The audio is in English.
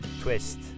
twist